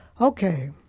Okay